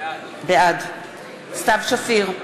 בעד סתיו שפיר,